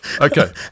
Okay